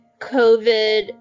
COVID